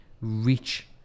reach